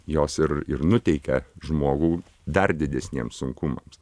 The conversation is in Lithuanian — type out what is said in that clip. jos ir ir nuteikia žmogų dar didesniem sunkumams